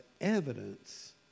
evidence